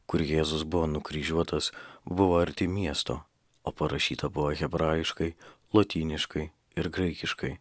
kur jėzus buvo nukryžiuotas buvo arti miesto o parašyta buvo hebrajiškai lotyniškai ir graikiškai